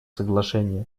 соглашения